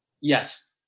Yes